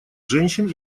женщин